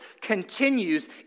continues